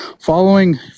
following